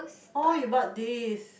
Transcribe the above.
oh you bought this